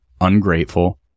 ungrateful